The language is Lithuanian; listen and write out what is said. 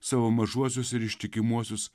savo mažuosius ir ištikimuosius